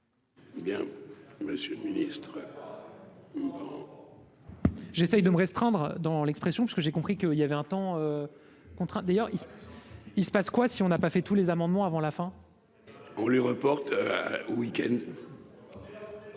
bien, monsieur le ministre. J'essaye de me restreindre dans l'expression parce que j'ai compris que, il y avait un temps contraint d'ailleurs il se il se passe quoi si on n'a pas fait tous les amendements avant la fin. On les reporte au week-end.